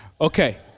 Okay